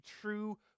true